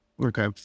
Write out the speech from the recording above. Okay